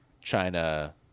China